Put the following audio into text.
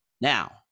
now